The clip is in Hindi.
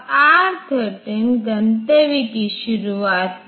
तो अगला हम गुणन निर्देश को देखेंगे